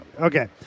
Okay